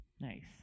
Nice